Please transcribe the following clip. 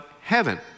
heaven